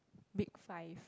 big five